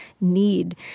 need